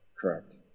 Correct